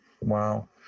Wow